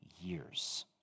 years